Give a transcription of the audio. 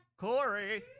Corey